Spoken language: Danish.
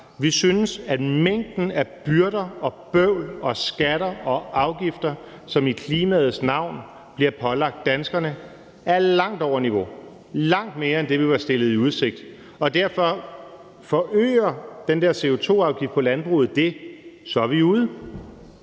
Vi synes, at mængden af byrder og bøvl og skatter og afgifter, som i klimaets navn bliver pålagt danskerne, er langt over niveau – langt mere, end det, vi var stillet i udsigt, og derfor: Forøger den der CO2-afgift på landbruget det, så er vi ude.